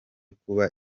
kuba